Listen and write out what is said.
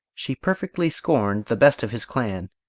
she perfectly scorned the best of his clan,